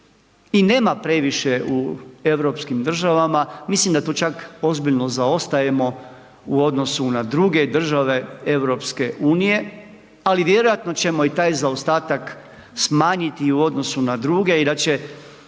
i nema previše u europskim državama, mislim da tu čak ozbiljno zaostajemo u odnosu na druge države EU, ali vjerojatno ćemo i taj zaostatak smanjiti u odnosu na druge i da će,